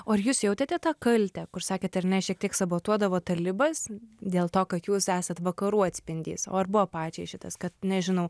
o ar jūs jautėte tą kaltę kur sakėt ar ne šiek tiek sabotuodavo talibas dėl to kad jūs esat vakarų atspindys o ar buvo pačiai šitas kad nežinau